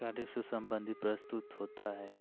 कार्यों से संबंधित प्रस्तुत होता है